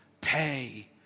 pay